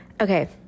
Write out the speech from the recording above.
Okay